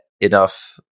enough